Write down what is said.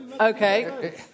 Okay